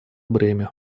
бремя